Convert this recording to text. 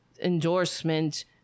endorsement